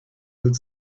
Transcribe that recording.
would